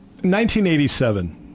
1987